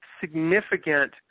significant